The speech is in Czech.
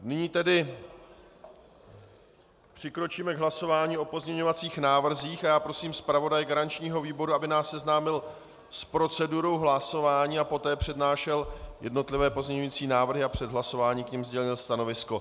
Nyní tedy přikročíme k hlasování o pozměňovacích návrzích a já prosím zpravodaje garančního výboru, aby nás seznámil s procedurou hlasování a poté přednášel jednotlivé pozměňující návrhy a před hlasováním k nim sdělil stanovisko.